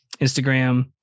Instagram